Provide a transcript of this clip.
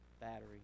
battery